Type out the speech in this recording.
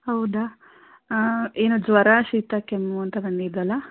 ಹೌದಾ ಆಂ ಏನು ಜ್ವರ ಶೀತ ಕೆಮ್ಮು ಅಂತ ಬಂದಿದ್ದಲ್ಲ